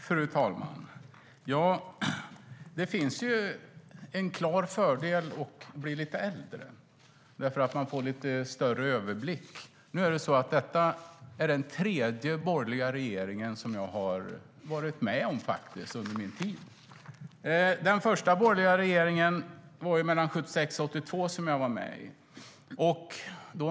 Fru talman! Det finns en klar fördel att bli lite äldre: Man får lite större överblick. Detta är den tredje borgerliga regering som jag har varit med om under min tid. Den första borgerliga regering som jag var med om var mellan 1976 och 1982.